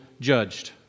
judged